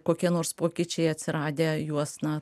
kokie nors pokyčiai atsiradę juos na